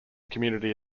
community